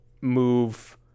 move